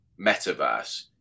metaverse